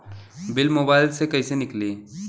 Bill mobile से कईसे निकाली?